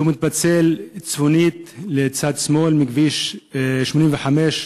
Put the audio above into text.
שמתפצל צפונית לצד שמאל מכביש 85,